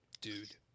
Dude